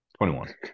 21